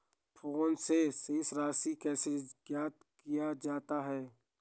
Phone से शेष राशि कैसे ज्ञात किया जाता है?